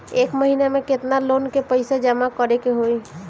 एक महिना मे केतना लोन क पईसा जमा करे क होइ?